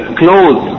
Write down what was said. close